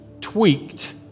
tweaked